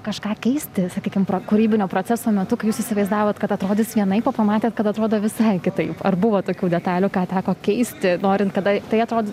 kažką keisti sakykim pra kūrybinio proceso metu kai jūs įsivaizdavot kad atrodys vienaip o pamatėt kad atrodo visai kitaip ar buvo tokių detalių ką teko keisti norint tada tai atrodė